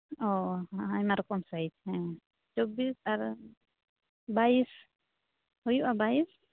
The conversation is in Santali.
ᱚᱻ ᱟᱭᱢᱟ ᱨᱚᱠᱚᱢ ᱥᱟᱭᱤᱡ ᱦᱮᱸ ᱪᱚᱵᱵᱤᱥ ᱟᱨ ᱵᱟᱭᱤᱥ ᱦᱩᱭᱩᱜᱼᱟ ᱵᱟᱭᱤᱥ